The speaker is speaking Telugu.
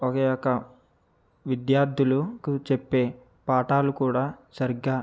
ఒకే ఒక విద్యార్థులుకు చెప్పే పాఠాలు కూడా సరిగ్గా